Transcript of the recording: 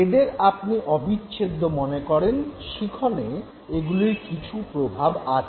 এদের আপনি অবিচ্ছেদ্য মনে করেন শিখনে এগুলির কিছু প্রভাব আছে